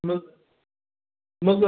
मग मग